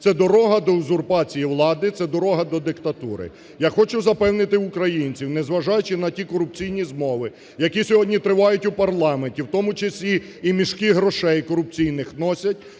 Це дорога до узурпації влади, це дорога до диктатури. Я хочу запевнити українців, не зважаючи на ті корупційні змови, які сьогодні тривають у парламенті, в тому числі, і мішки грошей корупційних носять,